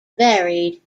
varied